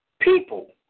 people